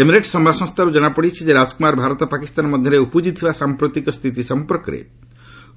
Emirates ସମ୍ବାଦ ସଂସ୍ଥାରୁ ଜଣାପଡିଛି ଯେ ରାଜକୁମାର ଭାରତ ପାକିସ୍ତାନ ମଧ୍ୟରେ ଉପୁଜିଥିବା ସାମ୍ପ୍ରତିକ ସ୍ଥିତି ସମ୍ପର୍କରେ